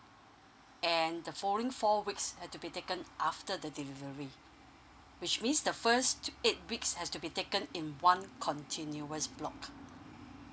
and the following four weeks have to be taken after the delivery which means the first eight weeks has to be taken in one continuous block